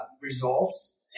results